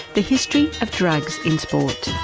the history of drugs in sport.